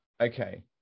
Okay